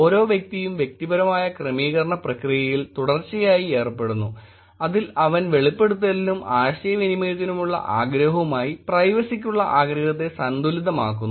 ഓരോ വ്യക്തിയും വ്യക്തിപരമായ ക്രമീകരണ പ്രക്രിയയിൽ തുടർച്ചയായി ഏർപ്പെടുന്നു അതിൽ അവൻ വെളിപ്പെടുത്തലിനും ആശയവിനിമയത്തിനുമുള്ള ആഗ്രഹവുമായി പ്രൈവസിക്കുള്ള ആഗ്രഹത്തെ സന്തുലിതമാക്കുന്നു